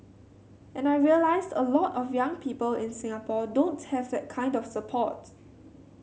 and I realised a lot of young people in Singapore don't have that kind of support